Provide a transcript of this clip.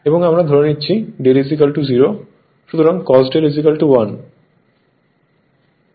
এবং আমরা ধরে নিচ্ছি δ 0 সুতরাং cos δ 1